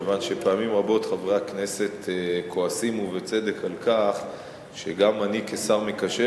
כיוון שפעמים רבות חברי הכנסת כועסים ובצדק על כך שגם אני כשר מקשר